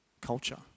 culture